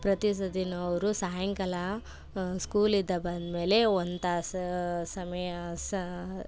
ಪ್ರತಿ ಸರ್ತಿನು ಅವರು ಸಾಯಂಕಾಲ ಸ್ಕೂಲಿಂದ ಬಂದಮೇಲೆ ಒಂದು ತಾಸು ಸಮಯ ಸ